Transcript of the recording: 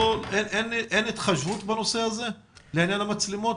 האם אין התחשבות בנושא הזה לעניין המצלמות?